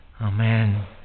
Amen